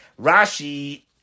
Rashi